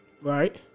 Right